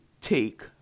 take